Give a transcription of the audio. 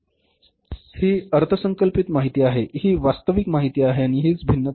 ही अर्थसंकल्पित माहिती आहे ही वास्तविक माहिती आहे आणि हीच भिन्नता आहे